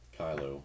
Kylo